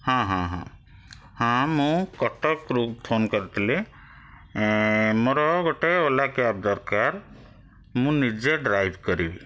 ହଁ ହଁ ହଁ ହଁ ମୁଁ କଟକରୁ ଫୋନ୍ କରିଥିଲି ମୋର ଗୋଟେ ଓଲା କ୍ୟାବ୍ ଦରକାର ମୁଁ ନିଜେ ଡ୍ରାଇଭ୍ କରିବି